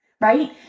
right